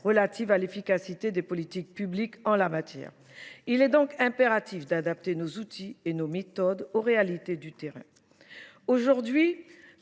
relative à l’efficacité des politiques publiques en la matière. Il est donc impératif d’adapter nos outils et nos méthodes aux réalités du terrain. Aujourd’hui,